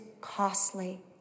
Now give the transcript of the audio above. costly